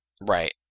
Right